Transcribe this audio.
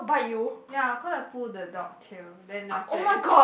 ya cause I pull the dog tail then after that